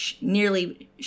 nearly